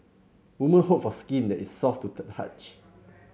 women hope for skin that is soft to the touch